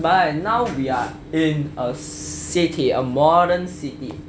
but right now we are in a city of modern city